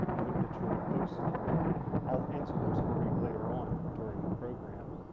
i hope that you'll post them and i'll answer those for you later on during the program.